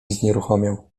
znieruchomiał